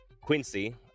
quincy